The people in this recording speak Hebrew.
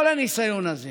כל הניסיון הזה